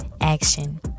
action